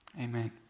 Amen